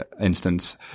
instance